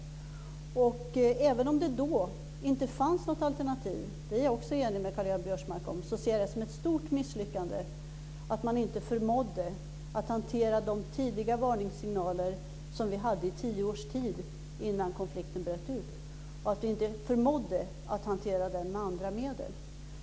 Även om det då inte fanns något alternativ - det är jag enig med Karl-Göran Biörsmark om - ser jag det som ett stort misslyckande att vi inte förmådde hantera de tidiga varningssignaler som kom i tio års tid innan konflikten bröt ut och att vi inte förmådde hantera den med andra medel.